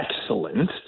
excellent